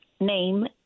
name